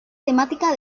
temática